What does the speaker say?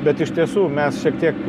bet iš tiesų mes šiek tiek